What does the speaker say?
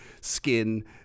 skin